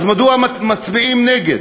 אז מדוע מצביעים נגד?